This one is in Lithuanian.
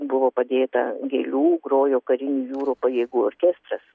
buvo padėta gėlių grojo karinių jūrų pajėgų orkestras